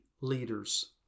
leaders